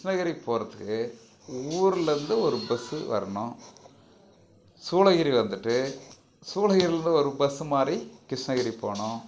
கிருஷ்ணகிரிக்கு போகிறத்துக்கு ஊருலேந்து ஒரு பஸ்ஸு வரணும் சூளகிரி வந்துட்டு சூளகிரிலேந்து ஒரு பஸ்ஸு மாறி கிருஷ்ணகிரி போகணும்